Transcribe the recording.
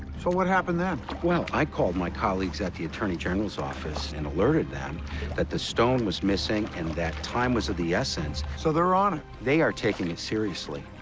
so what happened then? well, i called my colleagues at the attorney general's office and alerted them that the stone was missing and that time was of the essence. so they're on it? they are taking it seriously.